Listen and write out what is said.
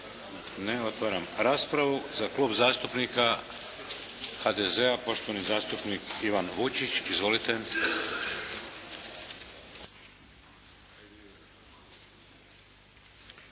Ne. Otvaram raspravu. Za Klub zastupnika HDZ-a poštovani zastupnik Ivan Vučić. Izvolite.